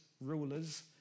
rulers